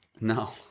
No